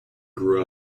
grew